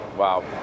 Wow